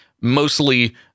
mostly